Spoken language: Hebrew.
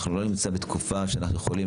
אנחנו לא נמצאים בתקופה שאנחנו יכולים